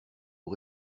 aux